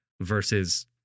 versus